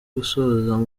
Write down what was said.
gusoza